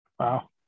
Wow